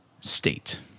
state